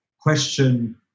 question